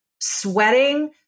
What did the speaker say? sweating